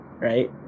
Right